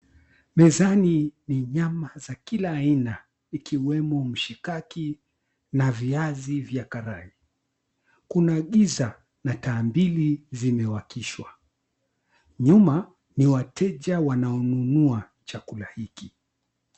Mezani ni nyama za kila aina ikiwemo: mishikaki, na viazi vya karai. Kuna giza na taa mbili zimewakishwa. Nyuma ni wateja wanaonunua chakula hiki.